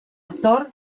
actor